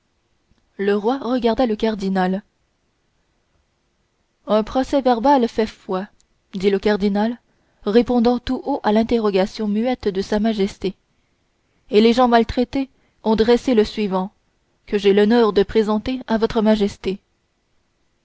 le roi regarda le cardinal un procès-verbal fait foi dit le cardinal répondant tout haut à l'interrogation muette de sa majesté et les gens maltraités ont dressé le suivant que j'ai l'honneur de présenter à votre majesté